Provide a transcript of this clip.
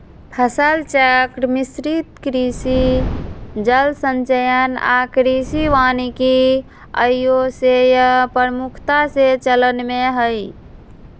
फसल चक्र, मिश्रित कृषि, जल संचयन आऽ कृषि वानिकी आइयो सेहय प्रमुखता से चलन में हइ